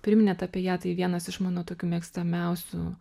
priminėt apie ją tai vienas iš mano tokių mėgstamiausių